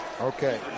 Okay